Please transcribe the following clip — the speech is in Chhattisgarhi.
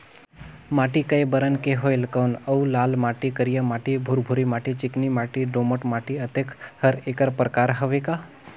माटी कये बरन के होयल कौन अउ लाल माटी, करिया माटी, भुरभुरी माटी, चिकनी माटी, दोमट माटी, अतेक हर एकर प्रकार हवे का?